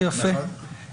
יפה.